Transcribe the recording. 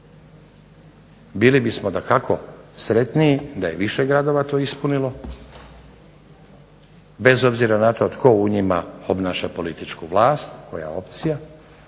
Bili bismo dakako sretniji da je više gradova to ispunilo, bez obzira koja opcija obnaša političku vlast ali da